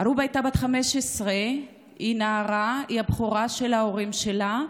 ערוב הייתה בת 15, נערה, הבכורה של ההורים שלה,